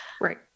Right